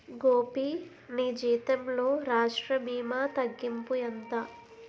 గోపీ నీ జీతంలో రాష్ట్ర భీమా తగ్గింపు ఎంత